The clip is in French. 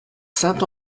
saint